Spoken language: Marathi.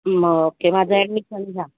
मग ओके माझं ऍडमिशन घ्या